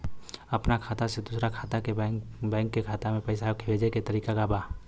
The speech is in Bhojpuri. अपना खाता से दूसरा बैंक के खाता में पैसा भेजे के तरीका का बा?